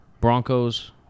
Broncos